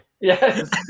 Yes